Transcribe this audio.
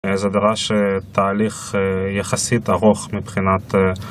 זה דבר שתהליך יחסית ארוך מבחינת